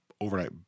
overnight